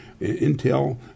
Intel